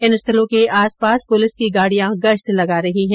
इन स्थलों के आसपास पुलिस की गाड़ियां गश्त लगा रही हैं